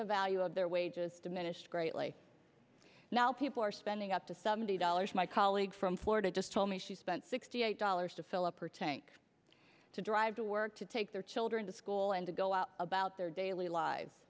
the value of their wages diminished greatly now people are spending up to seventy dollars my colleague from florida just told me she spent sixty eight dollars to fill up pertaining to drive to work to take their children to school and to go out about their daily lives